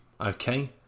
Okay